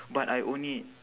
but I only